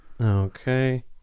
Okay